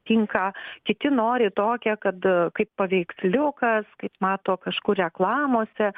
tinka kiti nori tokią kad kaip paveiksliukas kaip mato kažkur reklamose